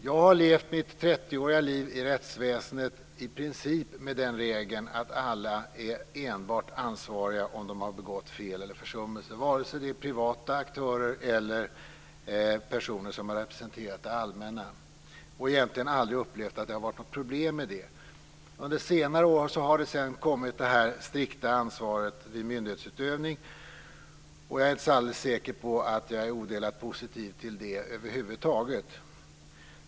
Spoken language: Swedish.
Jag har levt mitt trettioåriga liv i rättsväsendet i princip med den regeln att alla är ansvariga enbart om de har begått fel eller försummelse, vare sig det är privata aktörer eller personer som representerar det allmänna. Jag har egentligen aldrig upplevt att det har varit något problem med det. Under senare år har det kommit ett strikt ansvar vid myndighetsutövning. Jag är inte så alldeles säker på att jag är odelat positiv till det över huvud taget.